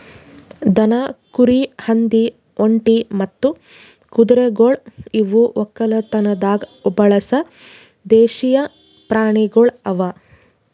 ದನ, ಕುರಿ, ಹಂದಿ, ಒಂಟಿ ಮತ್ತ ಕುದುರೆಗೊಳ್ ಇವು ಒಕ್ಕಲತನದಾಗ್ ಬಳಸ ದೇಶೀಯ ಪ್ರಾಣಿಗೊಳ್ ಅವಾ